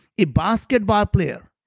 a basketball player,